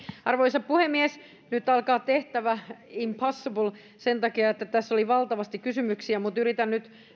arvoisa puhemies nyt alkaa tehtävä impossible sen takia että tässä oli valtavasti kysymyksiä mutta yritän nyt